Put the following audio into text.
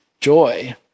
joy